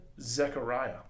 Zechariah